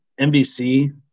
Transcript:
NBC